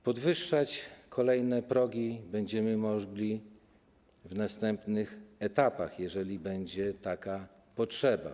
Podwyższać kolejne progi będziemy mogli w następnych etapach, jeżeli będzie taka potrzeba.